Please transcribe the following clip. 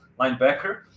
linebacker